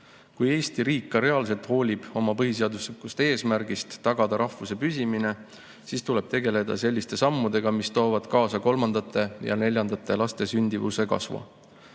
Kui Eesti riik ka reaalselt hoolib oma põhiseaduslikust eesmärgist tagada rahvuse püsimine, siis tuleb tegeleda selliste sammudega, mis toovad kaasa kolmandate ja neljandate laste sündimuse kasvu.